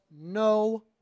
no